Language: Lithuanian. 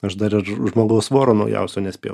aš dar ir žmogaus voro naujausio nespėjo